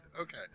Okay